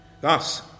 Thus